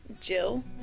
Jill